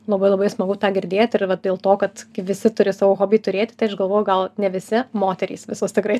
labai labai smagu tą girdėti ir va dėl to kad visi turi savo hobį turėti tai aš galvoju gal ne visi moterys visos tikrai